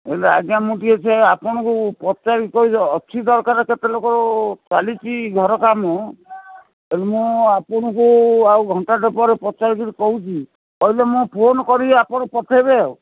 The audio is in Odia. ହେଲେ ଆଜ୍ଞା ମୁଁ ଟିକେ ସେ ଆପଣଙ୍କୁ ପଚାରିକିି ଅଛି ଦରକାର କେତେ ଲୋକ ଚାଲିଛି ଘର କାମ ହେଲେ ମୁଁ ଆପଣଙ୍କୁ ଆଉ ଘଣ୍ଟାଟେ ପରେ ପଚାରିକିରି କହୁଛି କହିଲେ ମୁଁ ଫୋନ୍ କରିବି ଆପଣ ପଠେଇବେ ଆଉ